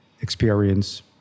experience